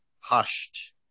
hushed